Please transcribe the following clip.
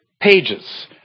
pages